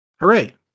Hooray